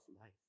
life